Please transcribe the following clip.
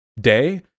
day